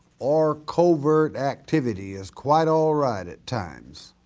or covert activity is quite all right at times,